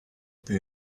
più